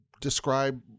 describe